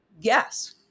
Yes